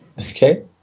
Okay